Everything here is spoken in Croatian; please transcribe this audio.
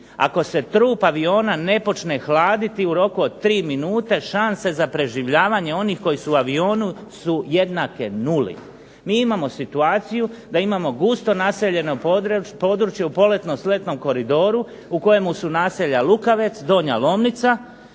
ako se trup aviona ne počne hladiti u roku od tri minute, šanse za preživljavanje onih koji su u avionu su jednake nuli. Mi imamo situaciju da imamo gusto naseljeno područje u poletno-sletnom koridoru u kojemu su naselja Lukavec, Donja Lomnica,